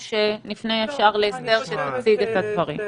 או נפנה ישר לאסתר שתציג את הדברים?